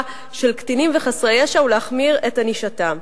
של קטינים וחסרי ישע ולהחמיר את ענישתם.